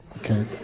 Okay